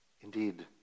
Indeed